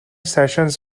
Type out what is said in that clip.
sessions